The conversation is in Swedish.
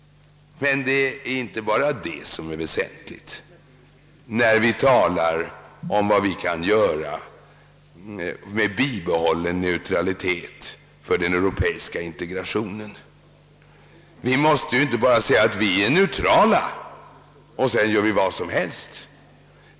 Men det är inte bara detta som är väsentligt när vi talar om vad vi kan göra med bibehållen neutralitet för att delta i en europeisk integration. Vi kan ju inte bara säga att vi är neutrala och sedan göra vad som helst.